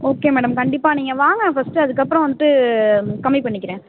okay madam கண்டிப்பாக நீங்கள் வாங்க ஃபஸ்ட் அதுக்கப்புறம் வந்துட்டு கம்மி பண்ணிக்கிறேன்